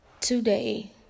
Today